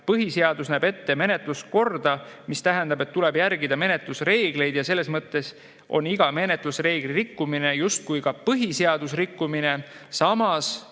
Põhiseadus näeb ette menetluskorda, mis tähendab, et tuleb järgida menetlusreegleid ja selles mõttes on iga menetlusreegli rikkumine justkui ka põhiseaduse rikkumine. Samas,